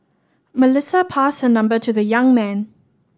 Melissa passed her number to the young man